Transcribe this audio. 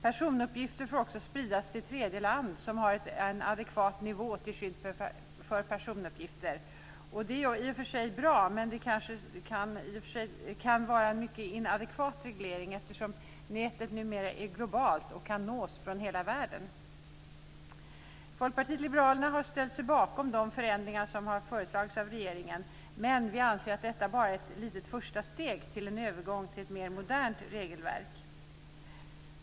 Personuppgifter får också spridas till tredje land som har en adekvat nivå till skydd för personuppgifter. Det är i och för sig bra, men det kan vara en mycket inadekvat reglering, eftersom nätet numera är globalt och kan nås från hela världen. Folkpartiet liberalerna har ställt sig bakom de förändringar som har föreslagits av regeringen, men vi anser att detta bara är ett litet första steg till en övergång till ett mer modernt regelverk.